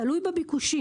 תלוי בביקושים.